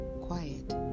quiet